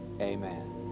amen